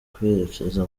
kwerekeza